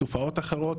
גם תופעות אחרות.